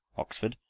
oxford,